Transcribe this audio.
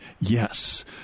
yes